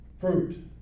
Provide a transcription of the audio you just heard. Fruit